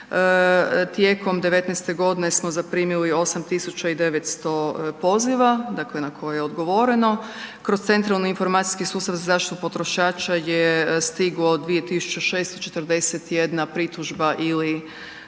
tijekom '19. g. smo zaprimili 8900 poziva dakle na koje je odgovoreno. Kroz Centralni informacijski sustav za zaštitu potrošača je stiglo 2641 pritužba ili